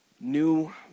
New